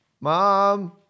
Mom